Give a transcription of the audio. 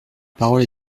parole